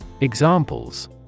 Examples